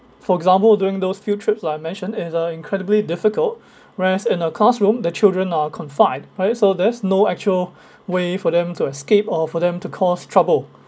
for example during those field trips that I mentioned is uh incredibly difficult whereas in a classroom the children are confined alright so there's no actual way for them to escape or for them to cause trouble